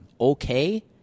okay